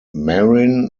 marin